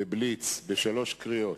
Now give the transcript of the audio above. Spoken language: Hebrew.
בבליץ, בשלוש קריאות,